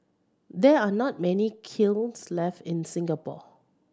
there are not many kilns left in Singapore